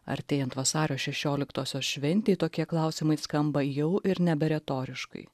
artėjant vasario šešioliktosios šventei tokie klausimai skamba jau ir neberetoriškai